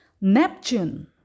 Neptune